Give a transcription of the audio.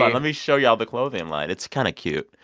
let me show y'all the clothing line. it's kind of cute.